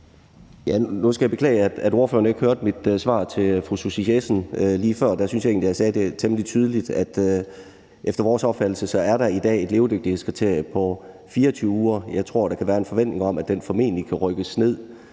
Nu skal jeg beklage, at ordføreren ikke hørte mit svar til fru Susie Jessen lige før. Der synes jeg egentlig, at jeg sagde det temmelig tydeligt, nemlig at der efter vores opfattelse i dag er et levedygtighedskriterium på 24 uger. Jeg tror, at der kan være en forventning om, at den formentlig kan rykkes ned,